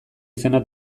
izena